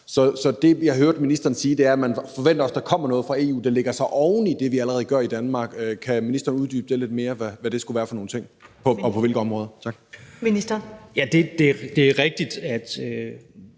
Så det, jeg hørte ministeren sige, er, at man også forventer, at der kommer noget fra EU, der lægger sig oven i det, som vi allerede gør i Danmark. Kan ministeren uddybe lidt mere, hvad det skulle være for nogle ting og på hvilke områder? Tak. Kl. 13:20 Første næstformand